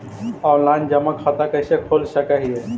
Online जमा खाता कैसे खोल सक हिय?